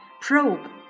Probe